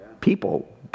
people